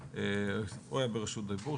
הוא היה ברשות דיבור,